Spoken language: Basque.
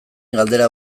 galdera